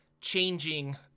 changing